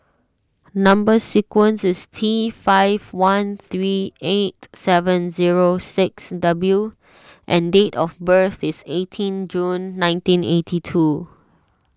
Number Sequence is T five one three eight seven zero six W and date of birth is eighteen June nineteen eighty two